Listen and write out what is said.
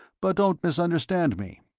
but don't misunderstand me.